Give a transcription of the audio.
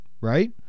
right